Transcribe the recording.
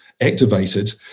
activated